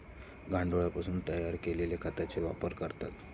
गांडुळापासून तयार केलेल्या खताचाही वापर करतात